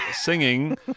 singing